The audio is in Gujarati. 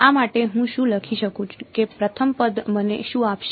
આ માટે હું શું લખી શકું કે પ્રથમ પદ મને શું આપશે